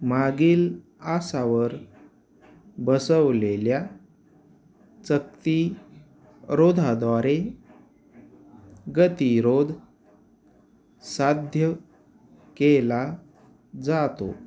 मागील आसावर बसवलेल्या चकती रोधाद्वारे गतिरोध साध्य केला जातो